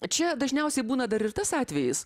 čia dažniausiai būna dar ir tas atvejis